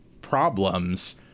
problems